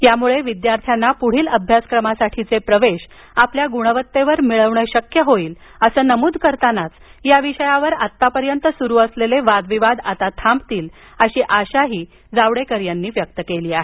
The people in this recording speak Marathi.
यामुळे विद्यार्थ्यांना पुढील अभ्यासक्रमासाठीचे प्रवेश आपल्या गुणवत्तेवर मिळवणं शक्य होईल असं नमूद करतानाच या विषयावर आत्तापर्यंत सुरु असलेले वादविवाद आता थांबतील अशी आशा त्यांनी व्यक्त केली आहे